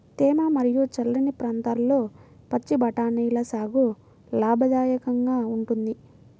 తేమ మరియు చల్లని ప్రాంతాల్లో పచ్చి బఠానీల సాగు లాభదాయకంగా ఉంటుంది